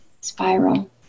spiral